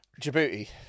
Djibouti